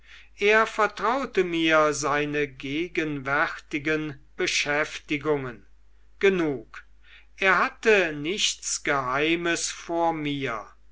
er vertraute mir seine gegenwärtigen beschäftigungen genug er hatte nichts geheimes vor mir